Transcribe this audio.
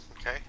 Okay